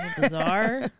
Bizarre